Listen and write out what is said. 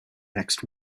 next